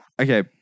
okay